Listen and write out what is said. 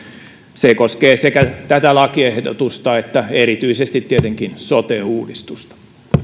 se koskee sekä tätä lakiehdotusta että erityisesti tietenkin sote uudistusta